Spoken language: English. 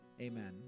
Amen